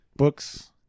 Books